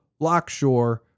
Lockshore